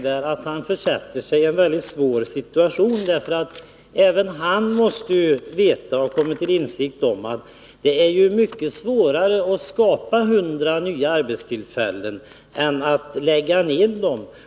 Det innebär att han försätter sig i en svår situation, eftersom även han måste ha kommit till insikt om att det är mycket svårare att skapa 100 nya arbetstillfällen än att lägga ner dem.